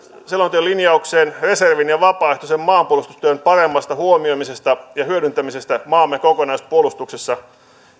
selonteon linjaukseen reservin ja vapaaehtoisen maanpuolustustyön paremmasta huomioimisesta ja hyödyntämisestä maamme kokonaispuolustuksessa